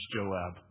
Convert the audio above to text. Joab